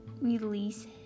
release